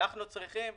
אנחנו צריכים,